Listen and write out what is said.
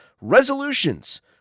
Resolutions